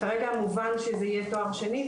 כרגע מובן שזה יהיה תואר שני,